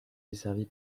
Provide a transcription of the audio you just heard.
desservie